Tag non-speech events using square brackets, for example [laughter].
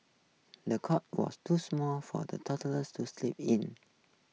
the cot was too small for the toddlers to sleep in [noise]